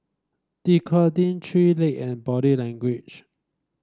Dequadin Three Leg and Body Language